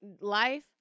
life